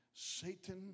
Satan